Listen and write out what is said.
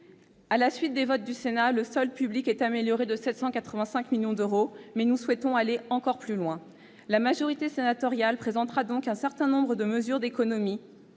À la suite des votes du Sénat, le solde public est amélioré de 785 millions d'euros, mais nous souhaitons aller encore plus loin. La majorité sénatoriale présentera ainsi un certain nombre de mesures d'économies.